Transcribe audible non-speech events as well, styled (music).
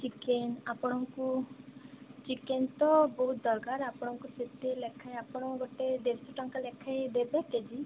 chicken ଆପଣଙ୍କୁ chicken ତ ବହୁତ ଦରକାର ଆପଣଙ୍କୁ (unintelligible) ଲେଖାଏ ଆପଣ ଗୋଟେ ବେଶୀ ଟଙ୍କା ଲେଖାଏ ଦେବେ କେ ଜି